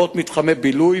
לרבות מתחמי בילוי,